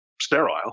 Sterile